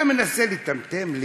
אתה מנסה לטמטם?